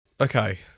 Okay